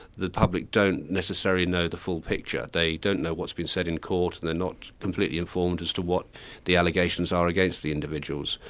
the public don't necessarily know the full picture. they don't know what's been said in court, they're not completely informed as to what the allegations are against the individuals.